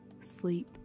sleep